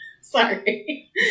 sorry